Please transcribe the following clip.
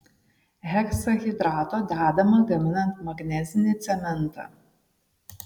heksahidrato dedama gaminant magnezinį cementą